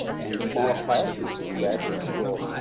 and small classes in graduate school.